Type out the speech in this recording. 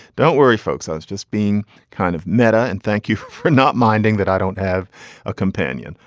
don't worry, folks. i was just being kind of meta. and thank you for not minding that. i don't have a companion.